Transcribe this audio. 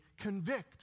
convict